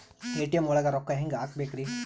ATM ಒಳಗ್ ರೊಕ್ಕ ಹೆಂಗ್ ಹ್ಹಾಕ್ಬೇಕ್ರಿ?